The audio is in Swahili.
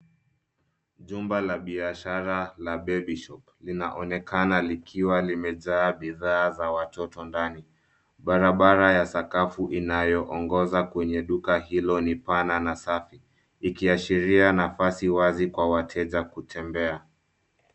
Jumba la biashara la baby shop linaonekana likiwa limejaa bidhaa za watoto ndani. Barabara ya sakafu inayoongoza kwenye duka hilo ni pana na safi. Ikiashiria nafasi wazi kwa wateja kutembea.